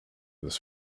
this